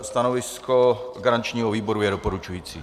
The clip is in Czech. Stanovisko garančního výboru je doporučující.